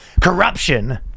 Corruption